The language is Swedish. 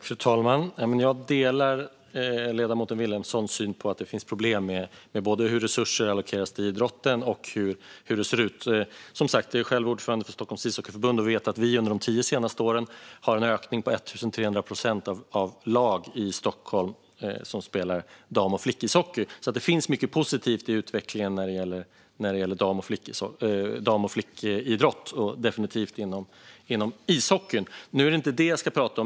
Fru talman! Jag delar ledamoten Vilhelmssons syn på att det finns problem när det gäller både hur resurser allokeras till idrotten och hur det ser ut. Jag är, som sagt, ordförande för Stockholms Ishockeyförbund och vet att vi under de senaste tio åren har haft en ökning med 1 300 procent av lag i Stockholm som spelar dam och flickishockey. Det finns alltså mycket positivt i utvecklingen när det gäller dam och flickidrott och definitivt inom ishockeyn. Nu är det inte det som jag ska prata om.